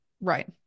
right